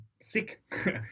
sick